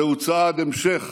זהו צעד המשך